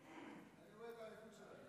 כמה נתנו לך,